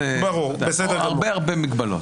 הרבה הרבה מגבלות.